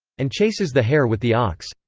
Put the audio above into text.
and chases the hare with the ox,